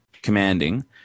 Commanding